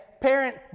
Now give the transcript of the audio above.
Parent